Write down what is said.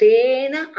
Tena